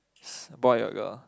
boy or girl